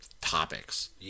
topics